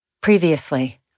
Previously